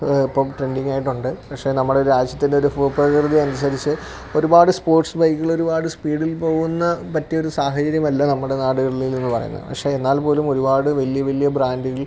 ഇപ്പോള് ട്രെൻറ്റിങ്ങായിട്ടുണ്ട് പക്ഷേ നമ്മുടെ രാജ്യത്തിന്റയൊരു ഭൂപ്രകൃതിയനുസരിച്ച് ഒരുപാട് സ്പോർട്സ് വെഹിക്കിളൊരുപാട് സ്പീഡിൽ പോവുന്ന പറ്റിയൊരു സാഹചര്യമല്ല നമ്മുടെ നാടുകളിലെന്നു പറയുന്നെ പക്ഷേ എന്നാൽ പോലും ഒരുപാട് വലിയ വലിയ ബ്രാന്ഡുകള്